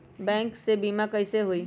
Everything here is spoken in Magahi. बैंक से बिमा कईसे होई?